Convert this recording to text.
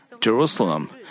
Jerusalem